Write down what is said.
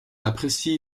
apprécie